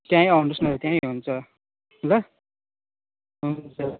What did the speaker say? त्यहीँ आउनुहोस् न त्यहीँ हुन्छ ल हुन्छ